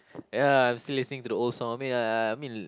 ya I'm still listening to the old song I mean uh I mean